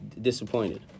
disappointed